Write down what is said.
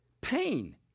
pain